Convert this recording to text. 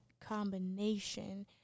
combination